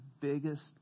biggest